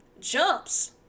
jumps